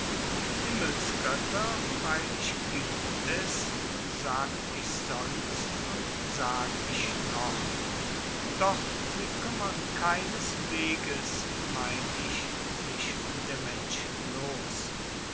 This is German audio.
himmelsgoetter freilich gibt es sagt ich sonst und sag ich noch doch sie kuemmern keinesweges mein ich sich um der menschen los